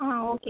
okay